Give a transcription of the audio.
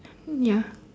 ya